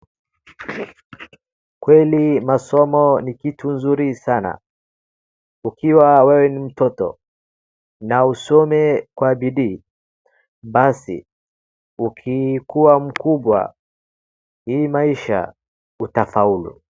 Kweli masomo ni kitu nzuri sana. Ukiwa wewe ni mtoto, na usome kwa bidii, basi ukikua mkubwa, hii maisha utafaulu.